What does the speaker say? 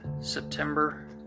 September